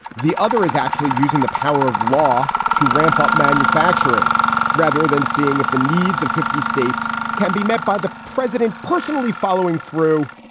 the other is actually using the power of law to ramp up manufacturing rather than seeing if the needs of fifty states can be met by the president personally following through.